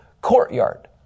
courtyard